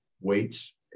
weights